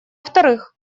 вторых